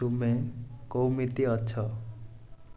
ତୁମେ କେମିତି ଅଛ